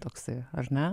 toksai až ne